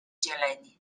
zieleni